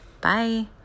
Bye